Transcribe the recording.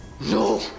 No